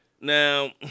Now